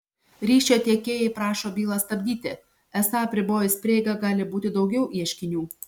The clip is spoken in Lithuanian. ryšio tiekėjai prašo bylą stabdyti esą apribojus prieigą gali būti daugiau ieškinių